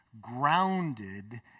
grounded